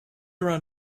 run